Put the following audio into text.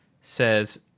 says